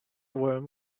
worm